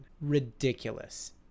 Ridiculous